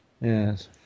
Yes